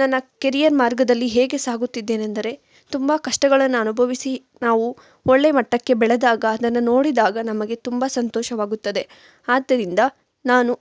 ನನ್ನ ಕೆರಿಯರ್ ಮಾರ್ಗದಲ್ಲಿ ಹೇಗೆ ಸಾಗುತ್ತಿದ್ದೇನೆಂದರೆ ತುಂಬ ಕಷ್ಟಗಳನ್ನು ಅನುಭವಿಸಿ ನಾವು ಒಳ್ಳೆ ಮಟ್ಟಕ್ಕೆ ಬೆಳೆದಾಗ ಅದನ್ನು ನೋಡಿದಾಗ ನಮಗೆ ತುಂಬ ಸಂತೋಷವಾಗುತ್ತದೆ ಆದ್ದರಿಂದ ನಾನು